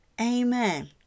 Amen